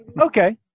Okay